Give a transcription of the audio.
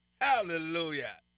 Hallelujah